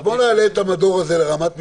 אז בוא נעלה את המדור הזה לרמת מינהלת,